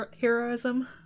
heroism